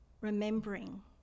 remembering